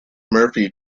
murphy